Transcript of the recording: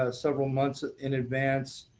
ah several months in advance,